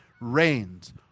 reigns